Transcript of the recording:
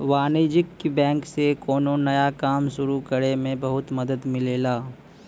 वाणिज्यिक बैंक से कौनो नया काम सुरु करे में बहुत मदद मिलेला